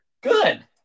good